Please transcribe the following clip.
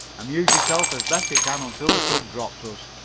amuse yourself as best you can until the tug drops us.